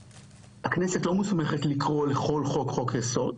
שהכנסת לא מוסמכת לקרוא לכל חוק, חוק יסוד,